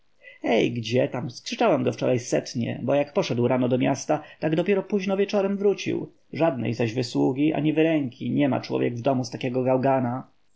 ej gdzietam skrzyczałam go wczoraj setnie bo jak poszedł rano do miasta tak dopiero późno wieczorem wrócił żadnej zaś wysługi ani wyręki nie ma człowiek w domu z takiego gałgana